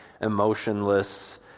emotionless